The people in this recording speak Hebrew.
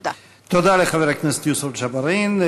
תודה.) תודה לחבר הכנסת יוסף ג'בארין.